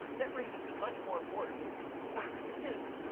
that brings us to the much more important point two.